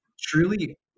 truly